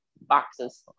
boxes